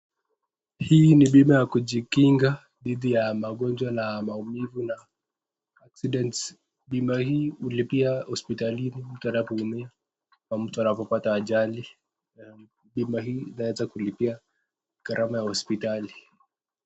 Hii ni bima ya kujikinga dhidi ya magonjwa na maumivu na accidents bima hii hulipia hospitalini mtu anapoumia ama mtu anapopata ajali. Bima hii inaweza kulipia gharama ya hospitali.